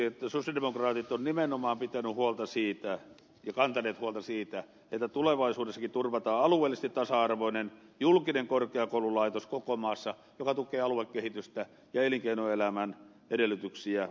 ihan lopuksi sosialidemokraatit ovat nimenomaan pitäneet ja kantaneet huolta siitä että tulevaisuudessakin turvataan koko maassa alueellisesti tasa arvoinen julkinen korkeakoululaitos joka tukee aluekehitystä ja elinkeinoelämän edellytyksiä